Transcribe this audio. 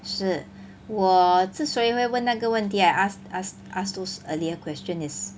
是我之所以会问那个问题 I asked asked asked those earlier question is